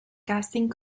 casting